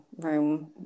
room